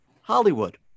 Hollywood